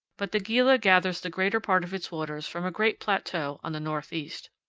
but the gila gathers the greater part of its waters from a great plateau on the northeast.